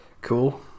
Cool